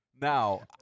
Now